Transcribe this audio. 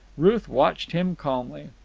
ruth watched him calmly.